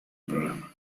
programa